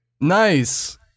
Nice